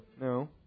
no